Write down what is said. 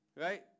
right